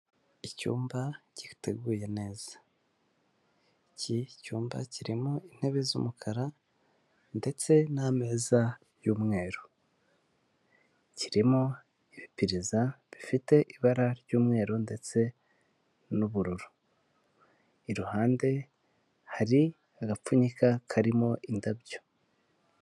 Icyumba giteguye neza, iki cyumba kirimo intebe z'umukara ndetse n'ameza y'umweru, kirimo ibipiriza bifite ibara ry'umweru ndetse n'ubururu, iruhande hari agapfunyika karimo indabyo.